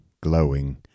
glowing